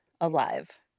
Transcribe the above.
alive